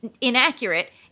inaccurate